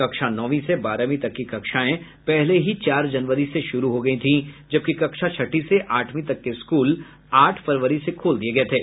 कक्षा नौवीं से बारहवीं तक की कक्षाएं पहले ही चार जनवरी से शुरू हो गईं थी जबकि कक्षा छठी से आठवीं तक के स्कूल आठ फरवरी से खोल दिए गये थे